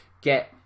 get